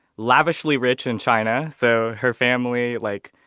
lavishly rich in china. so her family, like,